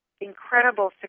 incredible